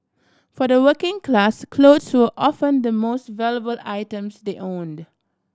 for the working class clothes were often the most valuable items they owned